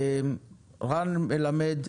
רן מלמד,